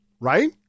Right